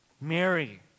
Mary